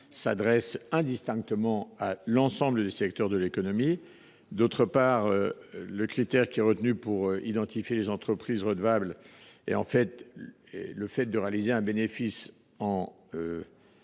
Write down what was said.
s’applique indistinctement à l’ensemble des secteurs de l’économie. De plus, le critère retenu pour identifier les entreprises redevables est le fait de réaliser un bénéfice